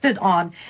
on